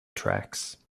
tracks